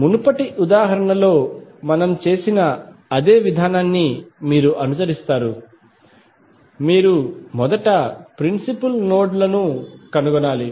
మునుపటి ఉదాహరణలో మనము చేసిన అదే విధానాన్ని మీరు అనుసరిస్తారు మీరు మొదట ప్రిన్సిపుల్ నోడ్ లను కనుగొనాలి